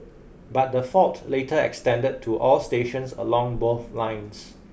but the fault later extended to all stations along both lines